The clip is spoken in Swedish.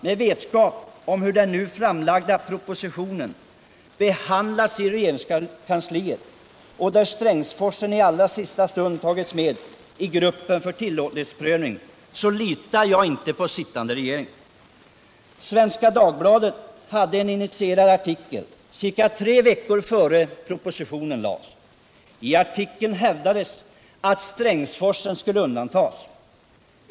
Med vetskap om hur den nu framlagda propositionen behandlats i regeringskansliet, där Strängsforsen i allra sista stund tagits med i gruppen för tillåtlighetsprövning, litar jag inte på sittande regering. Svenska Dagbladet hade en initierad artikel ca tre veckor innan propositionen framlades. I artikeln hävdades att Strängsforsen skulle undantas.